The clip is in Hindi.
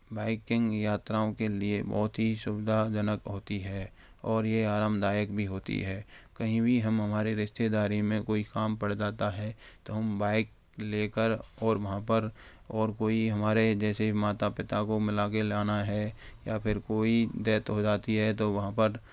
बाइकिंग यात्राओं के लिए बहुत ही सुविधाजनक होती है और ये आरामदायक भी होती है कहीं भी हम हमारे रिश्तेदारी में कोई काम पड़ जाता है तो हम बाइक लेकर और वहाँ पर और कोई हमारे जैसे माता पिता को मिला के लाना है या फिर कोई डेथ हो जाती है तो वहाँ पर